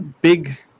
big